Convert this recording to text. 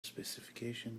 specification